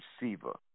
receiver